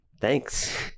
Thanks